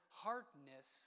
hardness